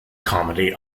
comedy